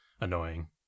annoying